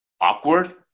awkward